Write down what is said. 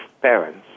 parents